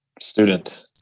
student